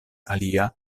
alia